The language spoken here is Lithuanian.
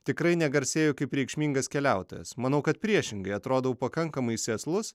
tikrai negarsėju kaip reikšmingas keliautojas manau kad priešingai atrodau pakankamai sėslus